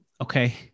okay